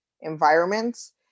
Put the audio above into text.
environments